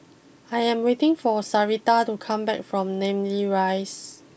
I am waiting for Sarita to come back from Namly Rise